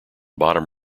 bottom